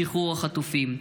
שחרור החטופים?